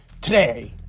Today